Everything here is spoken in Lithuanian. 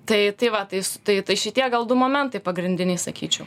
tai tai va tais tai tai šitie gal du momentai pagrindiniai sakyčiau